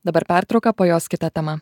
dabar pertrauka po jos kita tema